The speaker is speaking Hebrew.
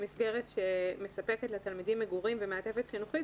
מסגרת שמספקת לתלמידים מגורים ומעטפת חינוכית,